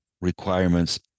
requirements